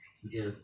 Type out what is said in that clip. Yes